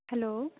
hello